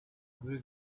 due